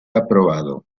aprobado